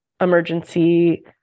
emergency